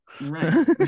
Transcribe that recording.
Right